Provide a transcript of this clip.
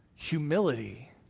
Humility